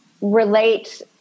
relate